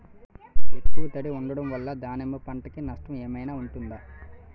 ఎక్కువ తడి ఉండడం వల్ల దానిమ్మ పంట కి నష్టం ఏమైనా ఉంటుందా?